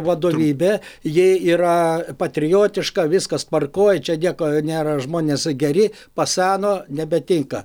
vadovybė ji yra patriotiška viskas tvarkoj čia nieko nėra žmonės geri paseno nebetinka